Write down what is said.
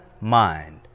mind